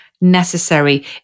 necessary